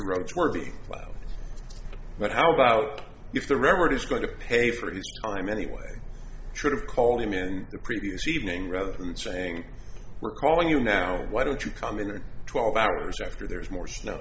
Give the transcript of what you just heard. road worthy but how about if the record is going to pay for his time anyway should've called him in the previous evening rather than saying we're calling you now why don't you come in and twelve hours after there's more snow